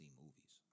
movies